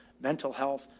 mental health,